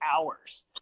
hours